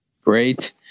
Great